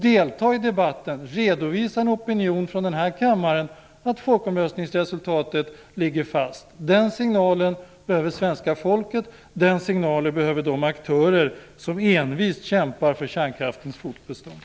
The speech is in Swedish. Delta i debatten, redovisa att en opinion i den här kammaren säger att folkomröstningsresultatet ligger fast! Den signalen behöver svenska folket. Den signalen behöver de aktörer som envist kämpar för kärnkraftens fortbestånd.